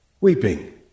weeping